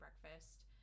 breakfast